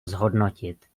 zhodnotit